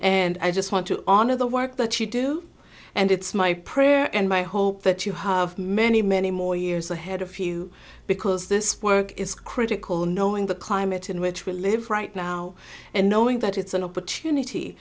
and i just want to honor the work that you do and it's my prayer and my hope that you have many many more years ahead of you because this work is critical knowing the climate in which we live right now and knowing that it's an opportunity